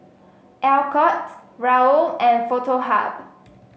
Alcott Raoul and Foto Hub